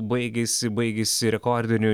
baigėsi baigėsi rekordiniu